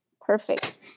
Perfect